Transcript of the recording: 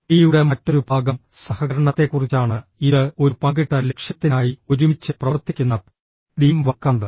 ഡിയുടെ മറ്റൊരു ഭാഗം സഹകരണത്തെക്കുറിച്ചാണ് ഇത് ഒരു പങ്കിട്ട ലക്ഷ്യത്തിനായി ഒരുമിച്ച് പ്രവർത്തിക്കുന്ന ടീം വർക്കാണ്